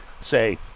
say